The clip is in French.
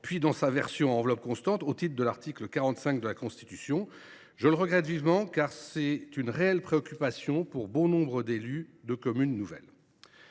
puis, dans sa version à enveloppe constante, au titre de l’article 45 de la Constitution. Je le regrette vivement, car il visait à répondre à une réelle préoccupation de bon nombre d’élus de communes nouvelles.